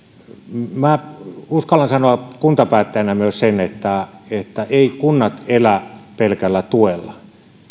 minä uskallan sanoa kuntapäättäjänä myös sen että että eivät kunnat elä pelkällä tuella